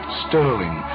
sterling